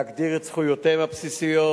להגדיר את זכויותיהם הבסיסיות,